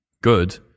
good